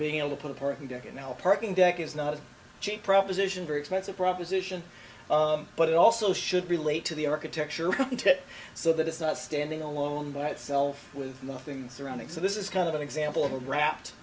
being able to put a parking deck in our parking deck is not a proposition very expensive proposition but it also should relate to the architecture so that it's not standing alone by itself with nothing surrounding so this is kind of an example of a wrapped